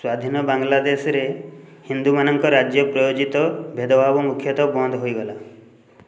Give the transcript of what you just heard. ସ୍ୱାଧୀନ ବାଂଲାଦେଶରେ ହିନ୍ଦୁମାନଙ୍କ ରାଜ୍ୟ ପ୍ରୟୋଜିତ ଭେଦଭାବ ମୁଖ୍ୟତଃ ବନ୍ଦ ହୋଇଗଲା